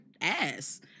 ass